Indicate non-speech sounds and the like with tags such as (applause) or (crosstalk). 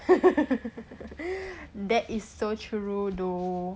(laughs) that is so true though